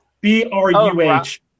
B-R-U-H